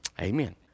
Amen